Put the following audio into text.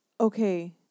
okay